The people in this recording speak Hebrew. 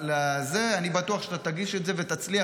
אני בטוח שאתה תגיש את זה וגם תצליח,